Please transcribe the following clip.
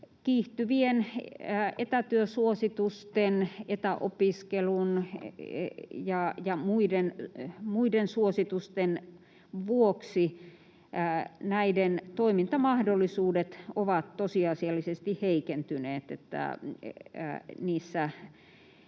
kiihtyvien etätyösuositusten, etäopiskelun ja muiden suositusten vuoksi näiden toimintamahdollisuudet ovat tosiasiallisesti heikentyneet,